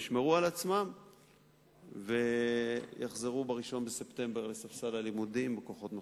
שישמרו על עצמם ויחזרו ב-1 בספטמבר לספסל הלימודים בכוחות מחודשים.